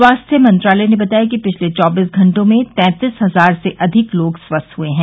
स्वास्थ्य मंत्रालय ने बताया कि पिछले चौबीस घंटे में तैंतीस हजार से अधिक लोग स्वस्थ हुए हैं